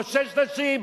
או שש נשים?